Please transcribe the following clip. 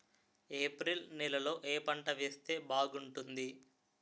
April నెలలో ఏ పంట వేస్తే బాగుంటుంది?